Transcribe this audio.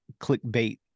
clickbait